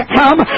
come